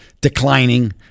declining